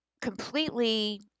completely